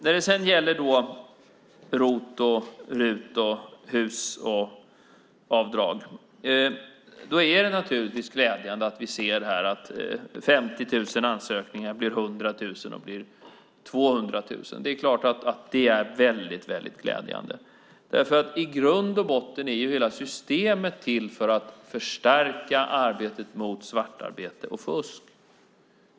När det gäller ROT-, RUT och HUS-avdrag är det naturligtvis glädjande att vi ser att 50 000 ansökningar blir 100 000 och 200 000. Det är klart att det är väldigt glädjande. I grund och botten är ju systemet till för att förstärka arbetet mot svartarbete och fusk.